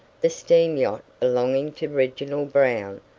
the steam-yacht belonging to reginald brown,